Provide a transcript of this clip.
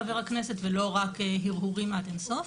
חבר הכנסת ולא רק הרהורים עד אין סוף.